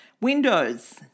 Windows